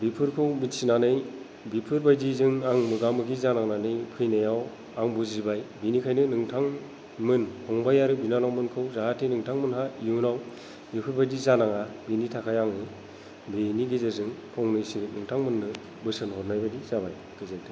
बेफोरखौ मिथिनानै बेफोरबादिजों आं मोगा मोगि जानांनानै फैनायाव आं बुजिबाय बेनिखायनो नोंथांमोन फंबाय आरो बिनानावमोनखौ जाहाथे नोंथांमोनहा इयुनाव बेफोरबायदि जानाङा बेनि थाखाय आं बेनि गेजेरजों नोंथांमोननो फंनैसो बोसोन हरनाय जाबाय गोजोन्थों